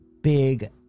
big